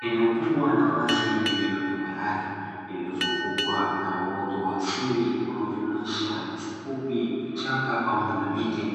Eneo kubwa la wazi lililo tambarare lililozungukwa na uoto wa asili unaojumuisha nyasi fupi, vichaka pamoja na miti,